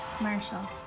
Marshall